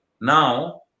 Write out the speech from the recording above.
Now